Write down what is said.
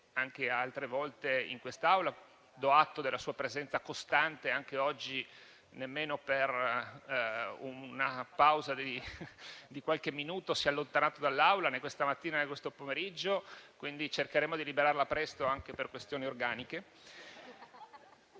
anche altre volte in quest'Aula. Do atto della sua presenza costante: anche oggi, nemmeno per una pausa di qualche minuto si è allontanato dall'Aula, né questa mattina, né questo pomeriggio; quindi cercheremo di liberarla presto, anche per questioni organiche.